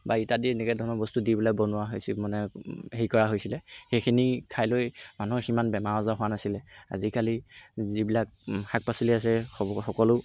বা ইত্যাদি এনেকৈ ধৰণৰ বস্তু দি পেলাই বস্তু বনোৱা হৈছিল মানে হেৰি কৰা হৈছিলে সেইখিনি খাই লৈ মানুহৰ সিমান বেমাৰ আজাৰ হোৱা নাছিলে আজিকালি যিবিলাক শাক পাচলি আছে সকলো